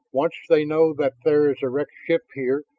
once they know that there is a wrecked ship here,